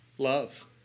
Love